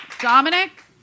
Dominic